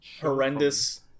horrendous